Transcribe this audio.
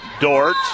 Dort